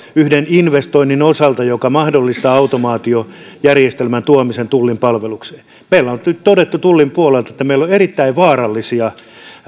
yhden investoinnin osalta joka mahdollistaa automaatiojärjestelmän tuomisen tullin palvelukseen meillä on nyt todettu tullin puolelta että meillä on erittäin vaarallisia